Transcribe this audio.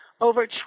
Over